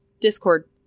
Discord